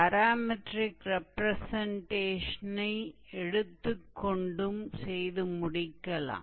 parametric ரெப்ரசன்டேஷனை எடுத்துக்கொண்டும் செய்து முடிக்கலாம்